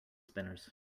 spinners